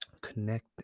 connect